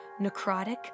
necrotic